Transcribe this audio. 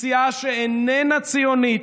מסיעה שאיננה ציונית,